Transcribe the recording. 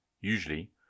usually